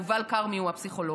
יובל כרמי הוא הפסיכולוג.